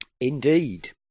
Indeed